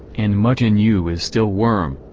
and much in you is still worm.